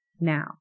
Now